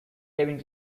kevin